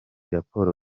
raporo